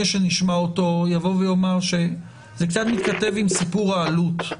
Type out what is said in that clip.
שנשמע אותו אני כבר אומר שזה קצת מתכתב עם סיפור העלות.